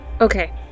Okay